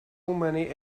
many